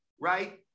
right